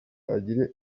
agire